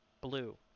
blue